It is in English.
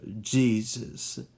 Jesus